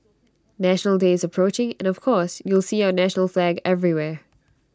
National Day is approaching and of course you'll see our national flag everywhere